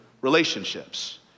relationships